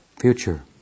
future